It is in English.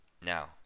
Now